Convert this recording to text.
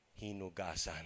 Hinugasan